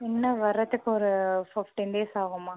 இன்னும் வர்றதுக்கு ஒரு ஃபிஃப்டின் டேஸ் ஆகும்மா